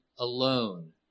alone